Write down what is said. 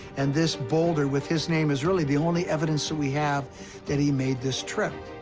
and this boulder with his name is really the only evidence that we have that he made this trip.